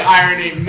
irony